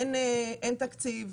אין תקציב,